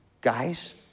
guys